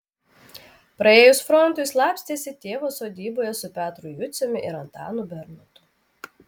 praėjus frontui slapstėsi tėvo sodyboje su petru juciumi ir antanu bernotu